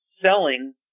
selling